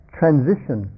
transition